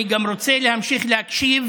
אני גם רוצה להמשיך להקשיב